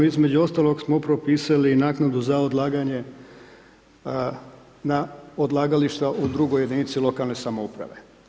Između ostalog smo propisali naknadu za odlaganje na odlagališta u drugoj jedinice lokalne samouprave.